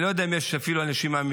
אני לא יודע אפילו אם יש אנשים אמידים.